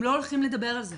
הם לא הולכים לדבר על זה.